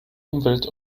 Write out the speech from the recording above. umwelt